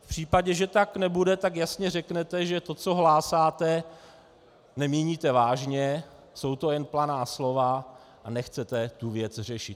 V případě, že tak nebude, tak jasně řeknete, že to, co hlásáte, nemíníte vážně, jsou to jen planá slova a nechcete tu věc řešit.